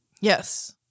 Yes